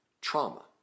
trauma